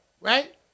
Right